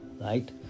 right